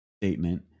statement